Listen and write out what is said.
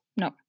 no